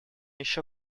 еще